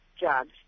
jobs